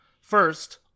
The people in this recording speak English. First